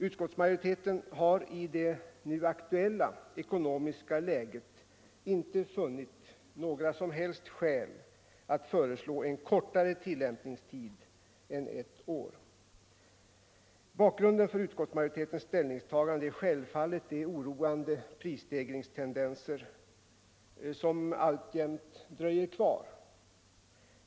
Utskottsmajoriteten har i det nu aktuella ekonomiska läget inte funnit några som helst skäl att föreslå en kortare tillämpningstid än ett år. Bakgrunden för utskottsmajoritetens ställningstagande är självfallet de oroande prisstegringstendenser som alltjämt dröjer kvar.